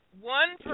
One